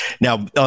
Now